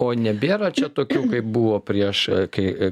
o nebėra čia tokių kaip buvo prieš kai